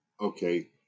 okay